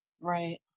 Right